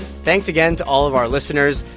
thanks again to all of our listeners.